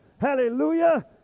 Hallelujah